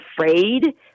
afraid